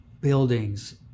buildings